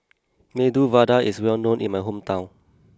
Medu Vada is well known in my hometown